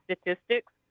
statistics